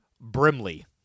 Brimley